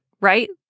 right